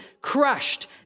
crushed